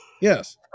Yes